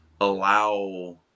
allow